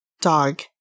dog